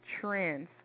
trends